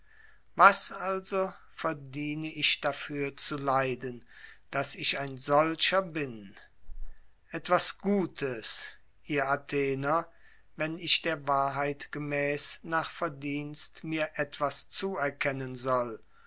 was also verdiene ich dafür zu leiden daß ich ein solcher bin etwas gutes ihr athener wenn ich der wahrheit gemäß nach verdienst mir etwas zuerkennen soll